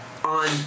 On